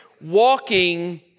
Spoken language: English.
walking